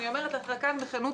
אני אומרת לך כאן בכנות,